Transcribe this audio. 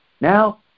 Now